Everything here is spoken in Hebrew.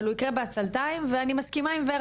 אבל הוא ייקרא בעצלתיים ואני מסכימה עם ורה